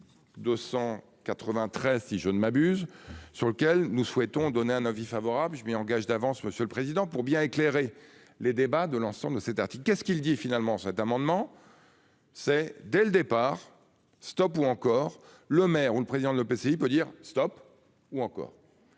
293 si je ne m'abuse, sur lequel nous souhaitons donner un avis favorable. Je m'y engage d'avance. Monsieur le Président pour bien éclairer les débats de l'ensemble de cet article. Qu'est ce qu'il dit finalement, cet amendement. C'est dès le départ. Stop ou encore le maire ou le président de l'. Il peut dire, Stop ou encore.